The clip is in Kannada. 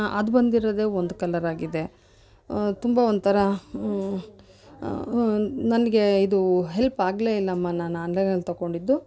ಅದು ಬಂದಿರೋದೆ ಒಂದು ಕಲ್ಲರ್ ಆಗಿದೆ ತುಂಬ ಒಂಥರ ನನಗೆ ಇದು ಹೆಲ್ಪ್ ಆಗಲೇ ಇಲ್ಲಮ್ಮ ನಾನು ಆನ್ಲೈನಲ್ಲಿ ತೊಗೊಂಡಿದ್ದು